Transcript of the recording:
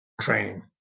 training